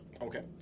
Okay